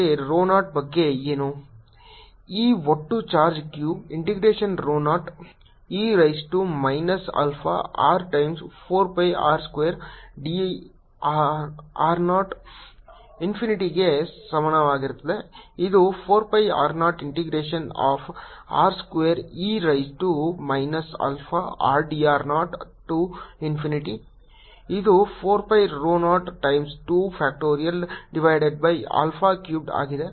n1 W4π0202312 2222α3 162α4 2312α34π020585 ಈಗ ಒಟ್ಟು charge Q integration rho 0 e raise to minus alpha r times 4 pi r square dr 0 ಇನ್ಫಿನಿಟಿಗೆ ಸಮಾನವಾಗಿದೆ ಇದು 4 pi rho 0 integration of r square e raise to minus alpha r d r 0 to infinity ಇದು 4 pi rho 0 times 2 factorial divided by alpha cubed ಆಗಿದೆ